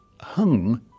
hung